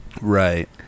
Right